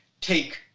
take